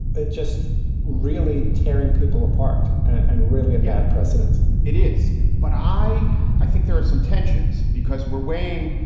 it just really tearing people apart and really have bad precedent it is. but i i think there are some tensions because we're waiting.